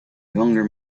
younger